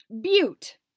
Butte